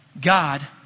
God